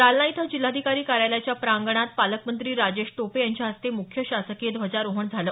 जालना इथं जिल्हाधिकारी कार्यालयाच्या प्रांगणात पालकमंत्री राजेश टोपे यांच्या हस्ते म्ख्य शासकीय ध्वजारोहण करण्यात आलं